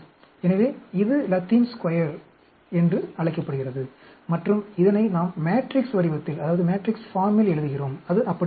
எனவே இது Latin square என்று அழைக்கப்படுகிறது மற்றும் இதனை நாம் மேட்ரிக்ஸ் வடிவத்தில் எழுதுகிறோம் அது அப்படியே இருக்கும்